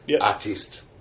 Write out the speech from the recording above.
artist